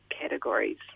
categories